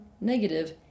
negative